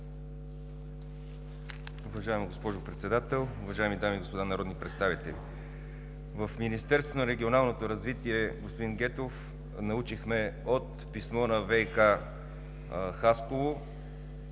Уважаема госпожо Председател, уважаеми дами и господа народни представители! В Министерството на регионалното развитие, господин Генов, научихме от писмо на ВиК – Хасково,